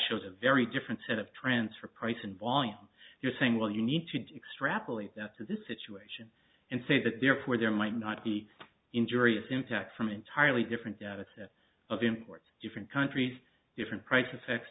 shows a very different set of trends for price and volume you're saying well you need to do extrapolate that to this situation and say that therefore there might not be injurious impact from an entirely different set of imports different countries different prices affect